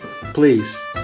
please